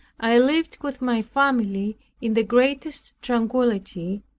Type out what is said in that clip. i lived with my family in the greatest tranquility,